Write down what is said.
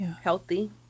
healthy